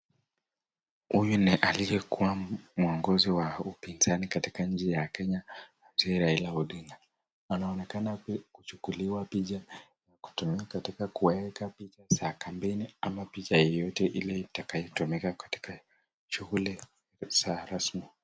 Huyu ni aliyekuwa mwongozi wa upinzani katika nchi ya Kenya mzee Raila Odinga. Anaonekana kuchukuliwa picha katika kuweka picha za kampeini ama picha yeyote ile itakaitumika katika shuguli za rasmi.